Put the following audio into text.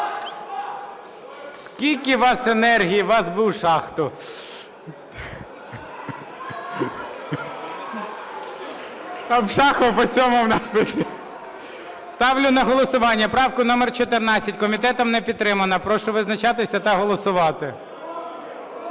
Скільки у вас енергії, вас би в шахту. Ставлю на голосування правку номер 14. Комітетом не підтримана. Прошу визначатись та голосувати.